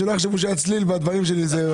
שלא יחשבו שהיה צליל בדברים שלי.